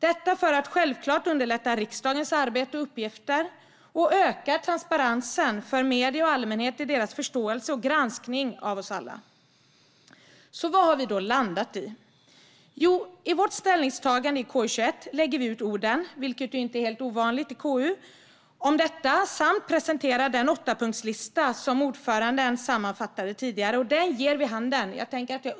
Detta görs självklart för att underlätta riksdagens arbete och uppgifter och för att öka transparensen för medier och allmänhet i deras förståelse och granskning av oss alla. Vad har vi landat i? I ställningstagandet för KU21 lägger vi ut orden - vilket inte är helt ovanligt när det gäller KU - om detta samt presenterar den åttapunktslista som ordföranden sammanfattade tidigare och som jag tänker upprepa.